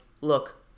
look